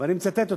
ואני מצטט אותו: